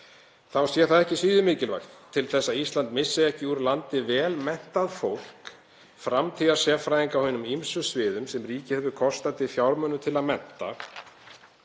Þá sé það ekki síður mikilvægt til þess að Ísland missi ekki úr landi vel menntað fólk, framtíðarsérfræðinga á hinum ýmsum sviðum, sem ríkið hefur kostað til fjármunum til að mennta.